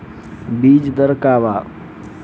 बीज दर का वा?